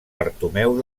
bartomeu